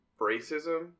racism